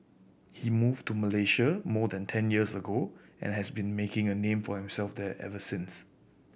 he moved to Malaysia more than ten years ago and has been making a name for himself there ever since